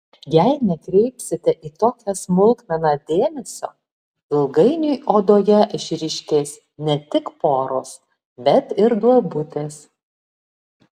jei nekreipsite į tokią smulkmeną dėmesio ilgainiui odoje išryškės ne tik poros bet ir duobutės